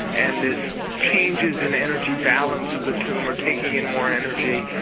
and these changes in energy balance of the tumour, taking in more energy,